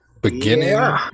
beginning